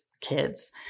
kids